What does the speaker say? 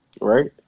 right